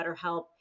BetterHelp